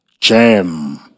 jam